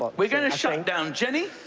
we're going to shut down jennie.